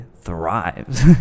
thrives